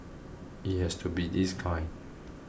it has to be this kind